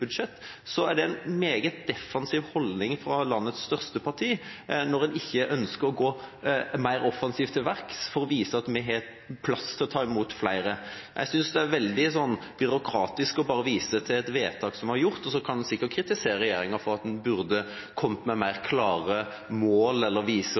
budsjett – er det en meget defensiv holdning fra landets største parti, når en ikke ønsker å gå mer offensivt til verks for å vise at vi har plass til å ta imot flere. Jeg synes det er veldig byråkratisk bare å vise til et vedtak som er gjort. En kan sikkert kritisere regjeringa for at den burde ha kommet med mer klare mål eller